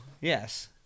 Yes